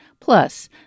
Plus